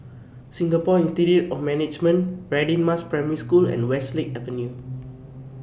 Singapore Institute of Management Radin Mas Primary School and Westlake Avenue